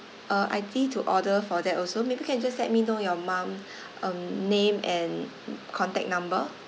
uh I_D to order for that also maybe can just let me know your mum um name and contact number